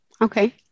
Okay